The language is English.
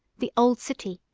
the old city,